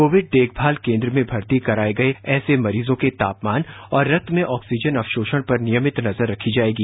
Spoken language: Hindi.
कोविड देखभाल केंद्र में भर्ती कराए ऐसे मरीजों के तापमान और रक्त में ऑक्सीजन अवसोषण पर नियमित नजर रखी जाएगी